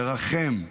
לרחם,